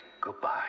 goodbye